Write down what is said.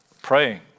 praying